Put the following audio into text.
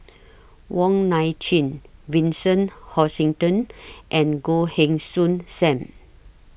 Wong Nai Chin Vincent Hoisington and Goh Heng Soon SAM